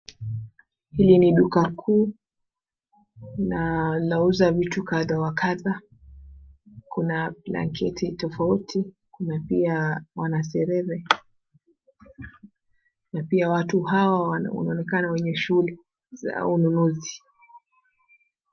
Hili ni duka kuu na linauza vitu kadha wa kadha. Kuna blanketi tofauti tofauti na pia wanasherere, na pia watu hao wanaonekana wenye shughuli za ununuzi.